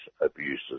abuses